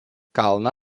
kalną